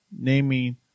naming